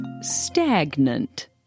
stagnant